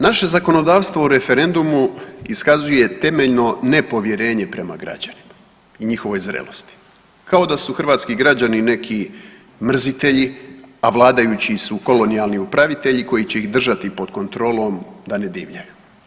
Naše zakonodavstvo o referendumu iskazuje temeljno nepovjerenje prema građanima i njihovoj zrelosti, kao da su hrvatski građani neki mrzitelji, a vladajući su kolonijalni upravitelji koji će ih držati pod kontrolom da ne divljaju.